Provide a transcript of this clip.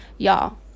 y'all